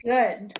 Good